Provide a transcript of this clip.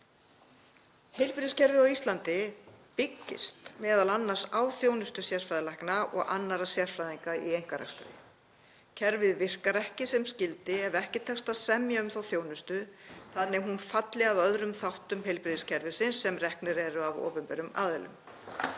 Heilbrigðiskerfið á Íslandi byggist m.a. á þjónustu sérfræðilækna og annarra sérfræðinga í einkarekstri. Kerfið virkar ekki sem skyldi ef ekki tekst að semja um þá þjónustu þannig að hún falli að öðrum þáttum heilbrigðiskerfisins sem reknir eru af opinberum aðilum.